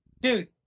dude